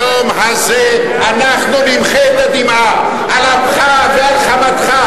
היום הזה אנחנו נמחה את הדמעה, על אפך ועל חמתך.